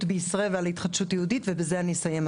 בישראל ועל התחדשות יהודית ובזה אסיים,